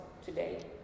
today